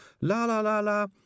la-la-la-la